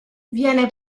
viene